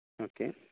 okay